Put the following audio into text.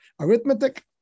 arithmetic